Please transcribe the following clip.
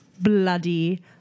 bloody